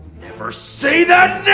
never say that